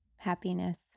happiness